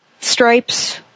stripes